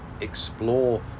explore